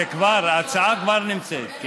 ההצעה כבר נמצאת.